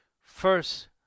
first